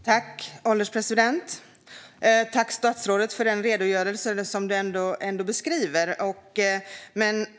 Herr ålderspresident! Jag tackar statsrådet för redogörelsen.